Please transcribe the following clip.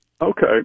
Okay